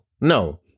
No